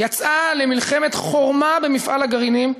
יצאה למלחמת חורמה במפעל הגרעינים.